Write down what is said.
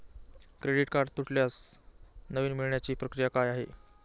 Credit card तुटल्यास नवीन मिळवण्याची प्रक्रिया काय आहे?